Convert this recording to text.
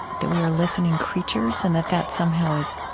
that we are listening creatures and that that somehow is